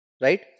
right